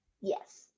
Yes